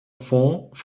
fonds